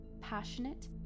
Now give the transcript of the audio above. passionate